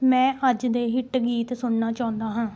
ਮੈਂ ਅੱਜ ਦੇ ਹਿੱਟ ਗੀਤ ਸੁਣਨਾ ਚਾਹੁੰਦਾ ਹਾਂ